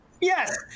Yes